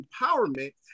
empowerment